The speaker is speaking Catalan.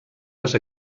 les